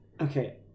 Okay